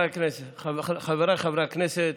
חבריי חברי הכנסת,